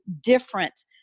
different